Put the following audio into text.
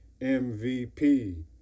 mvp